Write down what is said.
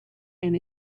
and